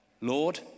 Lord